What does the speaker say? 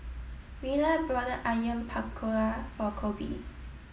Rella brought Onion Pakora for Coby